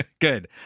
good